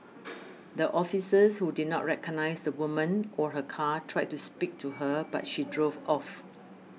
the officers who did not recognise the woman or her car tried to speak to her but she drove off